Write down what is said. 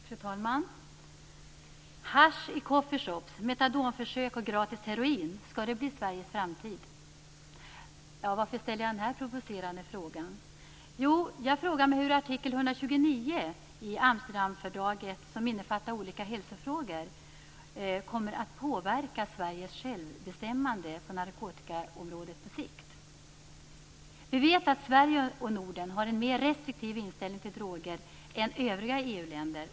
Fru talman! Hasch i coffeeshops, metadonförsök och gratis heroin - skall det blir Sveriges framtid? Varför ställer jag denna provocerande fråga? Jo, jag frågar mig hur artikel 129 i Amsterdamfördraget, vilken innefattar olika hälsofrågor, på sikt kommer att påverka Sveriges självbestämmande på narkotikaområdet. Vi vet att Sverige och Norden har en mer restriktiv inställning till droger än övriga EU-länder.